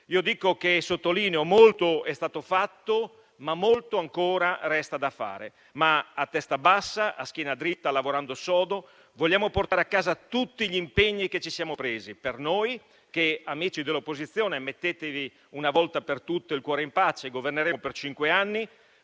internazionale. Sottolineo che molto è stato fatto, ma molto ancora resta da fare. A testa bassa, a schiena dritta, lavorando sodo, vogliamo portare a casa tutti gli impegni che ci siamo presi, per noi che - amici dell'opposizione, una volta per tutte mettetevi il cuore in pace - governeremo per cinque anni,